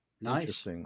Nice